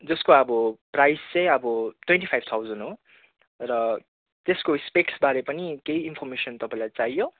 जसको अब प्राइस चाहिँ अब ट्वेन्टी फाइभ थाउजन्ड हो र त्यसको स्पेक्सबारे पनि केही इन्फर्मेसन तपाईँलाई चाहियो